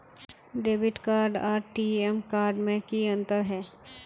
Debit card आर ATM card में की अंतर है?